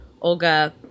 Olga –